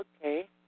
Okay